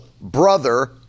brother